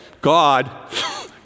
God